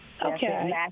Okay